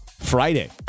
Friday